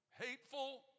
hateful